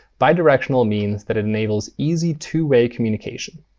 bi-directional means that it enables easy two-way communication.